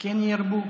כן ירבו,